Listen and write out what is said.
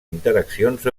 interaccions